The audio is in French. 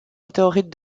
météorites